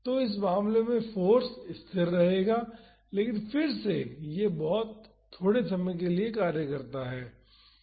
तो इस मामले में फाॅर्स स्थिर रहेगा लेकिन फिर से यह थोड़े समय के लिए कार्य करता है